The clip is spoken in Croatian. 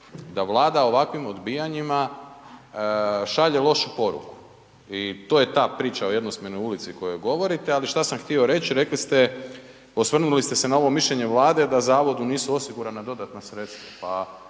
da Vlada ovakvim odbijanjima šalje lošu poruku i to je ta priča o jednosmjernoj ulici o kojoj govorite. A šta sam htio reć? Rekli ste, osvrnuli ste se na ovo mišljenje Vlade da zavodu nisu osigurana dodatna sredstva,